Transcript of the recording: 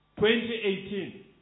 2018